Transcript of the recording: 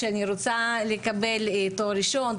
שאני רוצה לקבל תואר ראשון,